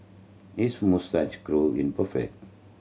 his moustache curl in perfect